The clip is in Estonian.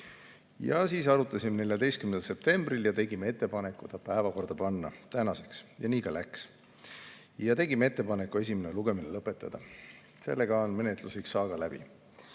Ja siis arutasime 14. septembril ja tegime ettepaneku ta päevakorda tänaseks panna ja nii ka läks. Tegime ettepaneku esimene lugemine lõpetada. Sellega on menetluslik saaga läbi.